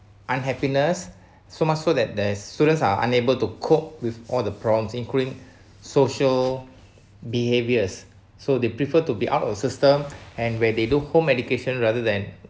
unhappiness so much so that there's students are unable to cope with all the problems including social behaviours so they prefer to be out of the system and where they do home education rather than